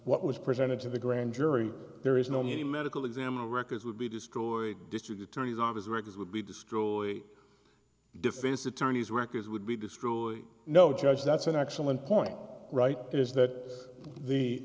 what was presented to the grand jury there is no need the medical examiner records would be destroyed district attorney's office records would be destroyed defense attorneys records would be destroyed no judge that's an excellent point right is that the